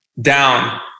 down